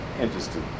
interested